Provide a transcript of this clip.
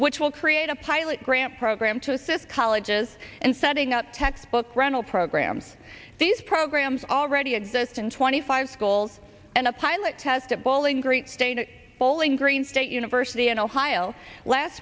which will create a pilot grant program to assist colleges and setting up textbook rental programs these programs already exist in twenty five schools and a pilot test at bowling great state bowling green state university in ohio last